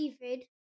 David